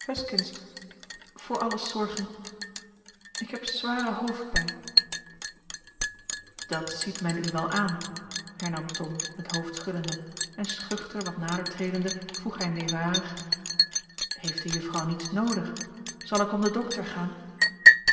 voor alles zorgen ik heb zware hoofdpijn dat ziet men u wel aan hernam tom het hoofd schuddende en schuchter wat nader tredende vroeg hij meewarig heeft de juffrouw niets noodig zal ik om den dokter gaan